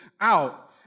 out